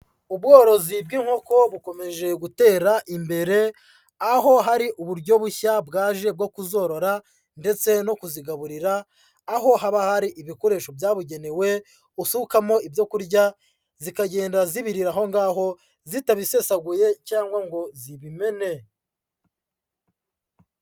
Ubworozi bw'inkoko bukomeje gutera imbere, aho hari uburyo bushya bwaje bwo kuzorora ndetse no kuzigaburira, aho haba hari ibikoresho byabugenewe usukamo ibyo kurya zikagenda zibirira aho ngaho, zitabisesaguye cyangwa ngo zibimene.